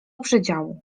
przedziału